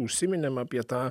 užsiminėm apie tą